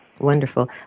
Wonderful